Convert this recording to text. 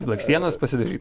blakstienas pasidažyt